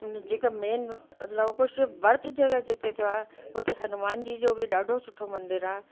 हुन जेका मेन लव कुश जे बर्थ जॻहि जिते थियो आहे हुते हनुमान जी जो बि ॾाढो सुठो मंदरु आहे